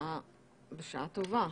בשעה טובה,